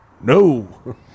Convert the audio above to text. No